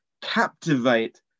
captivate